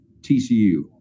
TCU